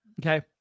Okay